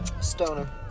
Stoner